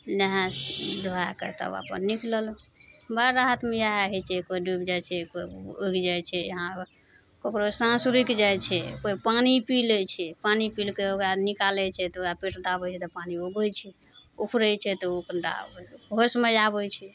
नहाय धुवैके तब अपन निकलल बड़ राहत हइ छै कोइ डुबि जाइ छै कोइ उगि जाइ छै हाँ ककरो साँस रुकि जाइ छै कोइ पानि पी लै छै पानि पिलकय ओकरा निकालय छै तऽ ओकरा पेट दाबय छै तऽ पानि उगलय छै उफरय छै तऽ उ कनिटा होशमे आबय छै